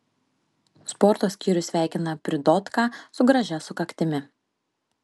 sporto skyrius sveikina pridotką su gražia sukaktimi